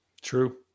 True